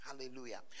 Hallelujah